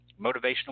motivational